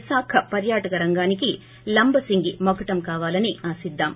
విశాఖ పర్యాటక రంగానికి లంబసింగి మకుటం కావాలని ఆశిద్దాం